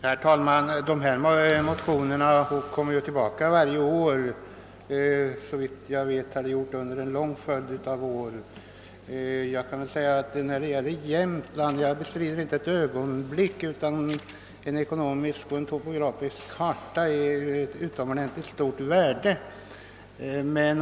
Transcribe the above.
Herr talman! Dessa motioner kommer tillbaka varje år — såvitt jag vet har de gjort det under en lång följd av år. Jag bestrider inte ett ögonblick att en ekonomisk och topografisk karta är av utomordentligt stort värde.